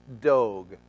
Dog